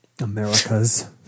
america's